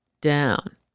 down